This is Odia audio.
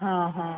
ହଁ ହଁ